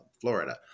Florida